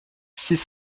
six